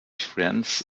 friends